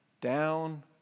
down